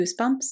goosebumps